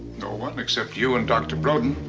no one, except you and dr. broden.